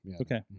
Okay